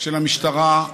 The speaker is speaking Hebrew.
של המשטרה,